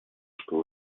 что